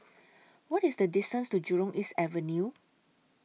What IS The distance to Jurong East Avenue